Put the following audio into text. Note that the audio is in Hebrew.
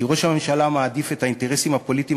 כי ראש הממשלה מעדיף את האינטרסים הפוליטיים